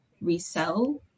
resell